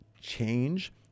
change